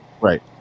Right